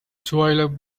twilight